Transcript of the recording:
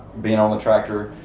being on the tractor.